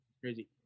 Crazy